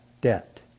debt